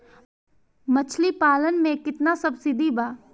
मछली पालन मे केतना सबसिडी बा?